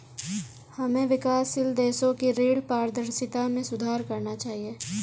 हमें विकासशील देशों की ऋण पारदर्शिता में सुधार करना चाहिए